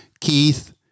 Keith